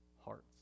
hearts